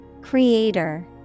Creator